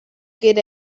good